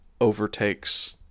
overtakes